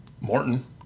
Morton